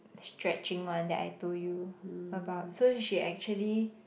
stretching one that I told you about so she actually